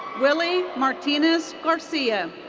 willy martinez garcia.